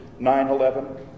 9-11